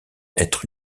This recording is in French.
être